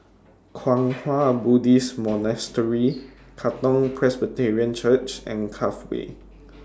Kwang Hua Buddhist Monastery Katong Presbyterian Church and Cove Way